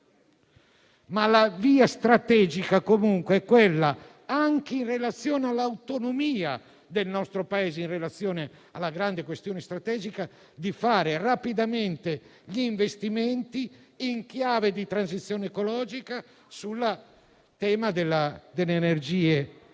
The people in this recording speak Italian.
Ma la via strategica è quella, anche per l'autonomia del nostro Paese in relazione alla grande questione strategica, di fare rapidamente gli investimenti, in chiave di transizione ecologica, nell'ambito delle energie